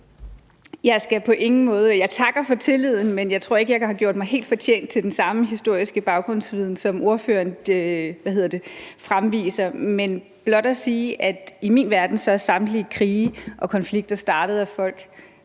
(Joy Mogensen): Jeg takker for tilliden, men jeg tror ikke, jeg har gjort mig helt fortjent til den eller har den samme historiske baggrundsviden, som ordføreren fremviser. Jeg vil blot sige, at i min verden er samtlige krige og konflikter startet af folk,